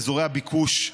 להכנה לקריאה ראשונה.